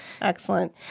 Excellent